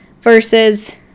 versus